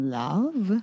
love